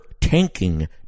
tanking